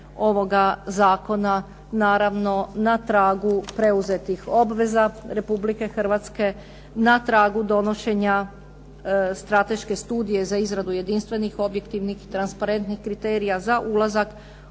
ovoga zakona, naravno na tragu preuzetih obveza Republike Hrvatske na tragu donošenja strateške studije za izradu jedinstveni, objektivnih i transparentnih kriterija za ulazak